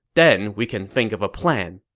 then we can think of a plan.